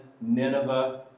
Nineveh